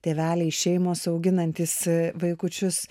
tėveliai šeimos auginantys vaikučius